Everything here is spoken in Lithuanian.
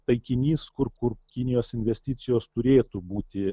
taikinys kur kur kinijos investicijos turėtų būti